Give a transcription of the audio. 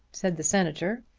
said the senator,